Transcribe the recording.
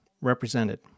represented